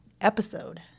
episode